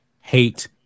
hate